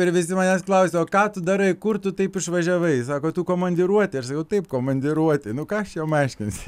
ir visi manęs klausia o ką tu darai kur tu taip išvažiavai sako tu komandiruotėj ir sakau taip komandiruotėj nu ką aš jom aiškinsi